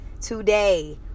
today